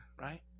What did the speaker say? right